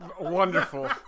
Wonderful